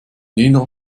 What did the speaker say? jener